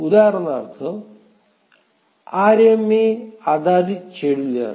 उदाहरणार्थ आरएमए आधारित शेड्यूलर